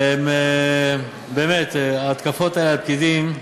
ובאמת ההתקפות האלה על הפקידים,